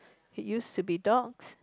use to be dogs